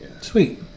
Sweet